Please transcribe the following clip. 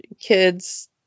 kids